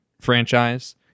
franchise